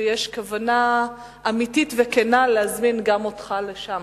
ויש כוונה אמיתית וכנה להזמין גם אותך לשם.